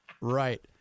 right